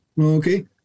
okay